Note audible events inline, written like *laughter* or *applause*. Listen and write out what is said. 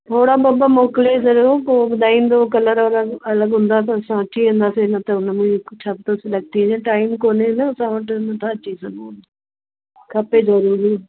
थोरा ॿ ॿ मोकिले छॾियो पोइ ॿुधाईंदव कलर वलर अलॻि हूंदा त असां अची वेंदासीं न त हुन में छा त *unintelligible* टाइम कोने न असां वटि न त अची ज वञू खपे ज़रूरी